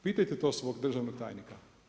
Pitajte to svog državnog tajnika.